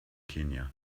kenia